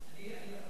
אני אהיה אחריו?